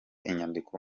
inyandiko